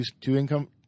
Two-income